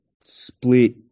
split